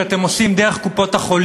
שאתם עושים דרך קופות-החולים,